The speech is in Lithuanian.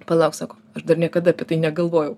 palauk sako aš dar niekada apie tai negalvojau